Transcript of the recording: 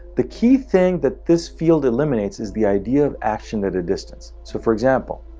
the key thing that this field eliminates is the idea of action at a distance. so for example,